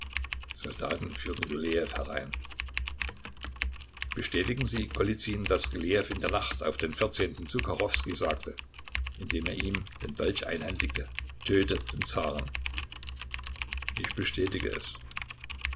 soldaten führten rylejew herein bestätigen sie golizyn daß rylejew in der nacht auf den vierzehnten zu kachowskij sagte indem er ihm den dolch einhändigte töte den zaren ich bestätige es